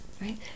right